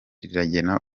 rigena